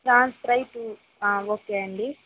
prawns fry టు okay అండి